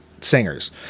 singers